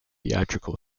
theatrical